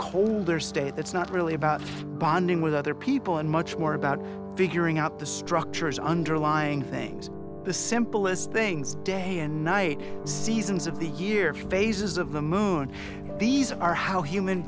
cold or state that's not really about bonding with other people and much more about figuring out the structures underlying things the simplest things day and night seasons of the year phases of the moon these are how human